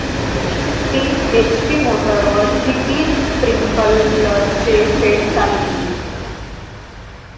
तीन एच.पी मोटरवर किती स्प्रिंकलरचे सेट चालतीन?